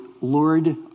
Lord